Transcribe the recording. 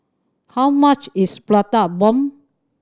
how much is Prata Bomb